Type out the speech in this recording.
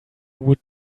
would